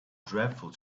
dreadful